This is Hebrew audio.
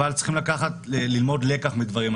אבל צריכים ללמוד לקח מדברים.